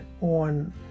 on